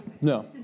No